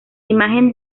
imagen